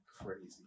crazy